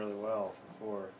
really well for